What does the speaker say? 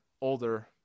older